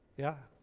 yeah.